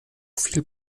viel